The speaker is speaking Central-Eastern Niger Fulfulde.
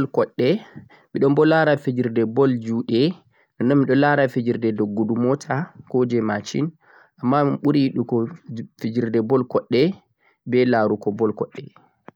Miɗon lara fijirde ball koɗɗe, ball juɗe, duggudu mota koh je machine, amma mi ɓuri yiɗugo ball koɗɗe